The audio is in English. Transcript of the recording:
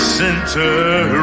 center